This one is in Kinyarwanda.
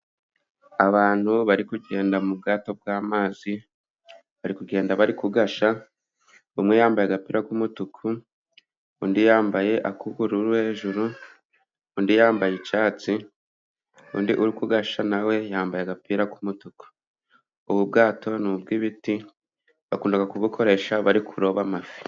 Abantu bari kugenda mu bwato bw'amazi, bari kugenda bari kugashya, umwe yambaye agapira k'umutuku, undi yambaye ak'ubururu hejuru, undi yambaye icyatsi, undi uri kugashya nawe yambaye agapira k'umutuku. Ubu bwato ni ubw'ibiti, bakunda kubukoresha bari kuroba amafi.